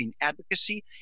advocacy